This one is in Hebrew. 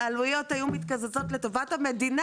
העלויות היו מתקזזות לטובת המדינה.